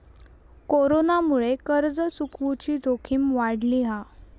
कोरोनामुळे कर्ज चुकवुची जोखीम वाढली हा